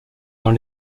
dans